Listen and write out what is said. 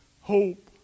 Hope